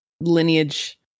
lineage